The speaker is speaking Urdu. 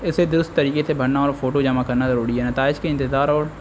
اسے درست طریقے سے بھرنا اور فوٹو جمع کرنا ضروری ہے نمائش کے انتظار اور